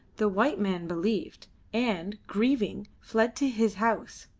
the white man believed, and, grieving, fled to his house.